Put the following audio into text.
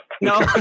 no